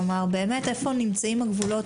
כלומר איפה נמצאים הגבולות,